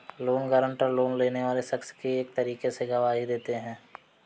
loan guarantor, loan लेने वाले शख्स की एक तरीके से गवाही देते हैं